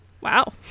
Wow